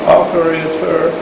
operator